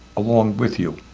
along with you,